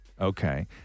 Okay